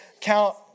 count